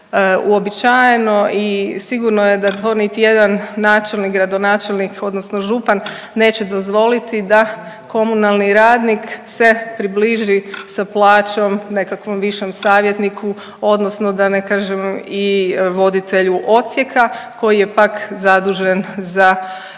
uobičajeno i sigurno je da to niti jedan načelnik, gradonačelnik odnosno župan neće dozvoliti da komunalni radnik se približi sa plaćom nekakvom višem savjetniku odnosno da ne kažem i voditelju odsjeka koji je pak zadužen za praćenje